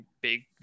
big